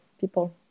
people